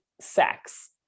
sex